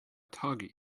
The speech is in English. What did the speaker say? target